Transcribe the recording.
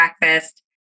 breakfast